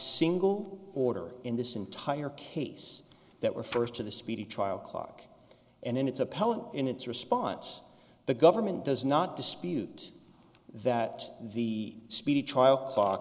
single order in this entire case that were first to the speedy trial clock and in its appellant in its response the government does not dispute that the speedy trial